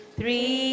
three